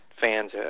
Fans